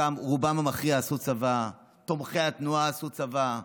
רובם המכריע עשו צבא, תומכי התנועה עשו צבא,